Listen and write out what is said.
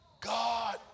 God